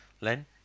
Len